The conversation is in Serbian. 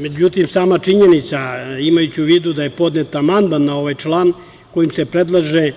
Međutim, sama činjenica, imajući u vidu da je podnet amandman na ovaj član, kojim se predlaže